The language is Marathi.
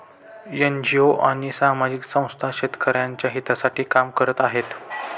एन.जी.ओ आणि सामाजिक संस्था शेतकऱ्यांच्या हितासाठी काम करत आहेत